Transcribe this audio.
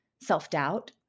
self-doubt